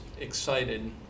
excited